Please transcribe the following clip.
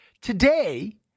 Today